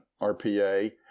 RPA